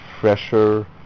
fresher